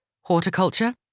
horticulture